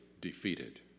defeated